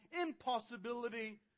impossibility